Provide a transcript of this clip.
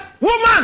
Woman